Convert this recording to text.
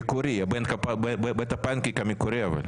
אבל בית הפנקייק המקורי.